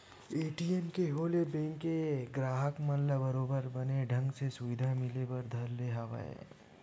ATM के होय ले बेंक के गराहक मन ल बरोबर बने ढंग ले सुबिधा मिले बर धर ले हवय